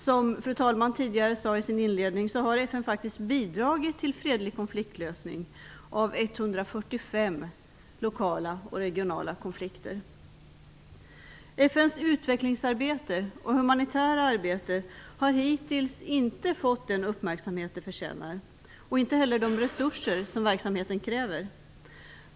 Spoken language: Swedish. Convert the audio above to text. Som fru talmannen tidigare sade i sin inledning, har FN faktiskt bidragit till fredlig lösning av 145 lokala och regionala konflikter. FN:s utvecklingsarbete och humanitära arbete har hittills inte fått den uppmärksamhet det förtjänar och inte heller de resurser som verksamheten kräver.